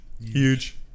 Huge